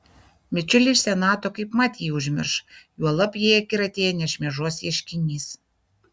bičiuliai iš senato kaipmat jį užmirš juolab jei akiratyje nešmėžuos ieškinys